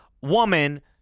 woman